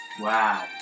Wow